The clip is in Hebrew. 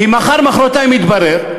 כי מחר-מחרתיים יתברר,